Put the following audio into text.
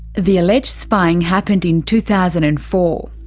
the alleged spying happened in two thousand and four.